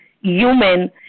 human